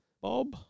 Bob